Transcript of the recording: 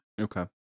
Okay